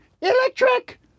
electric